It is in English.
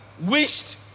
wished